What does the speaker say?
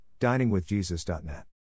diningwithjesus.net